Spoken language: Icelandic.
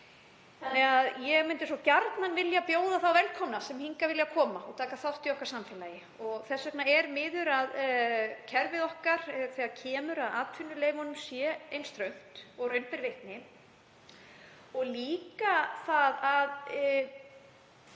háttar. Ég myndi svo gjarnan vilja bjóða þá velkomna sem hingað vilja koma og taka þátt í okkar samfélagi. Þess vegna er miður að kerfið, þegar kemur að atvinnuleyfunum, sé eins þröngt og raun ber vitni og líka það að